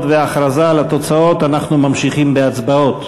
וההכרזה על התוצאות אנחנו ממשיכים בהצבעות.